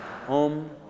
Om